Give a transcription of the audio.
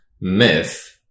myth